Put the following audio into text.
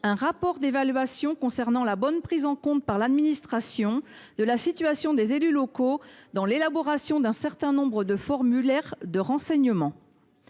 d’un rapport d’évaluation concernant la bonne prise en compte par l’administration de la situation des élus locaux dans l’élaboration d’un certain nombre de formulaires de renseignement.